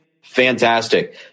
fantastic